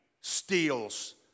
steals